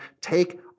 take